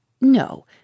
No